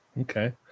okay